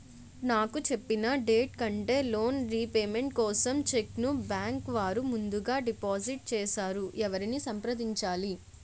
నాకు చెప్పిన డేట్ కంటే లోన్ రీపేమెంట్ కోసం చెక్ ను బ్యాంకు వారు ముందుగా డిపాజిట్ చేసారు ఎవరిని సంప్రదించాలి?